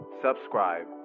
subscribe